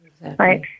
right